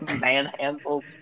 Manhandled